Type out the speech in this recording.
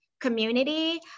community